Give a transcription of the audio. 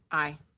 aye.